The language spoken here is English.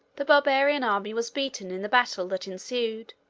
the barbarian army was beaten in the battle that ensued.